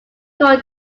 coal